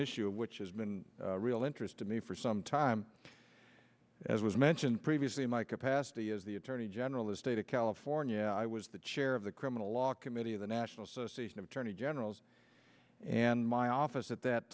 issue which has been a real interest to me for some time as was mentioned previously in my capacity as the attorney general of the state of california i was the chair of the criminal law committee of the national association of attorney generals and my office at that